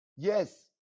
Yes